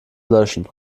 löschen